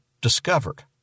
discovered